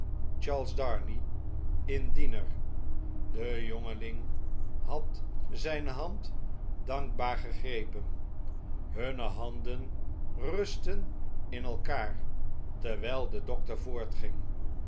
charles darnay indien er de jongeling had zjjne hand dankbaar gegrepen hunne handen rustten in elkaar terwgl de dokter